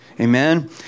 Amen